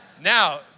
Now